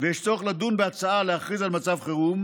ויש צורך לדון בהצעה להכריז על מצב חירום,